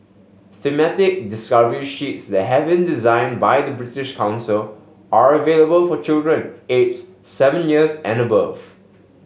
thematic discovery sheets that having design by the British Council are available for children ages seven years and above